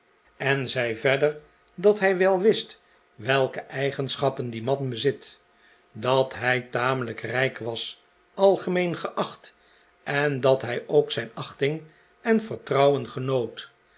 en zei verder dat hij wel wist welke eigenschappen diejnan bezat dat hij tamelijk rijk was algemeen geacht en dat hij ook zijn achting en vertrouwen genoot